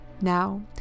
Now